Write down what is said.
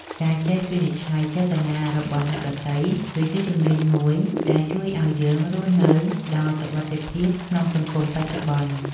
ការចេះវិនិច្ឆ័យចេតនារបស់អ្នកដទៃគឺជាជំនាញមួយដែលជួយឱ្យយើងរស់នៅដោយសុវត្ថិភាពក្នុងសង្គមបច្ចុប្បន្ន។